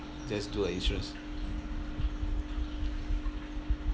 just do a insurance